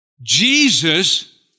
Jesus